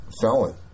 felon